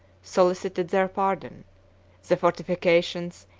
solicited their pardon the fortifications,